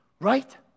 right